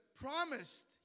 promised